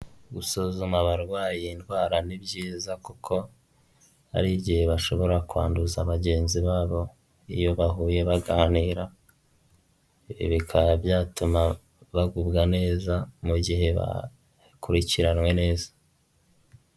Gusuzuma abarwayi indwara ni byiza, kuko hari igihe bashobora kwanduza bagenzi babo iyo bahuye baganira, ibi bikaba byatuma bagubwa neza mu gihe bakurikiranwe neza.